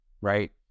right